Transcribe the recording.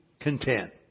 content